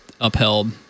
upheld